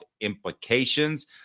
implications